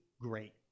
great